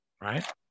right